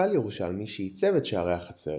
פסל ירושלמי שעיצב את שערי החצר,